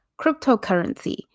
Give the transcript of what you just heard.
cryptocurrency